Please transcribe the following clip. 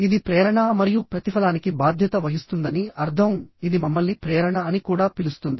ఇది ప్రేరణ మరియు ప్రతిఫలానికి బాధ్యత వహిస్తుందని అర్థం ఇది మమ్మల్ని ప్రేరణ అని కూడా పిలుస్తుంది